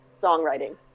songwriting